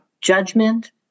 judgment